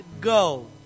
go